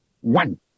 One